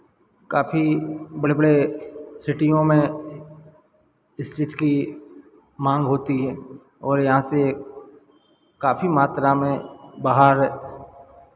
काफी बड़े बड़े सिटियों में इस चीज़ की मांग होती है और यहाँ से काफी मात्रा में बाहर